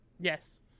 Yes